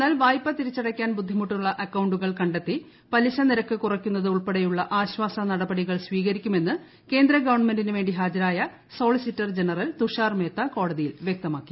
എന്നാൽ വായ്പ തിരിച്ചടക്കാൻ ബുദ്ധിമുട്ടുള്ള അക്കൌണ്ടുകൾ കണ്ടെത്തി പലിശ നിരക്ക് കുറയ്ക്കുന്നത് ഉൾപ്പെടെയുള്ള ആശ്വാസ നടപടികൾ സ്വീകരിക്കുമെന്ന് ്കേന്ദ്ര ഗവൺമെന്റിന് വേണ്ടി ഹാജരായ സോളിസിറ്റർ ജിന്റ്ൽ തുഷാർ മേത്ത കോടതി യിൽ വ്യക്തമാക്കി